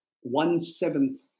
one-seventh